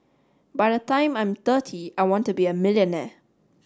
by the time I'm thirty I want to be a millionaire